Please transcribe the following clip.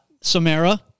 Samara